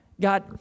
God